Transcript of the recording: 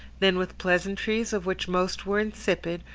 then with pleasantries of which most were insipid,